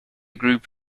group